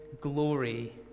glory